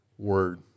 word